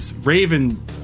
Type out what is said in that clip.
Raven